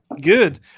good